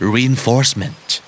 Reinforcement